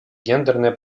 гендерная